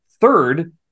third